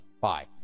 bye